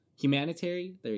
Humanitarian